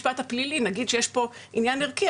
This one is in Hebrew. נגיד שיש פה עניין ערכי,